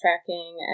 tracking